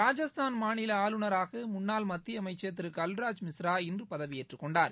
ராஜஸ்தான் மாநில ஆளுநராக முன்னாள் மத்திய அமைச்சர் திரு கல்ராஜ் மிஸ்ரா இன்று பதவியேற்றக் கொண்டார்